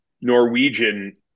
Norwegian